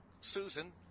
Susan